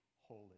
holy